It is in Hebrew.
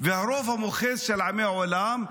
הרוב המוחץ של עמי עולם,